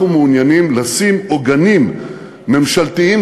אנחנו מעוניינים לשים עוגנים ממשלתיים